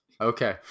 Okay